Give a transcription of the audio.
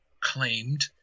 claimed